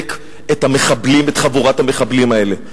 לחזק את המחבלים, את חבורת המחבלים האלה.